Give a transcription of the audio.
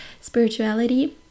spirituality